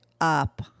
up